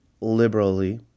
liberally